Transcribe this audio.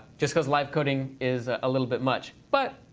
just because live coding is a little bit much. but,